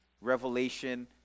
revelation